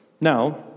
Now